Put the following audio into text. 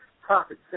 profit